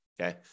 okay